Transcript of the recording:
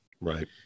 Right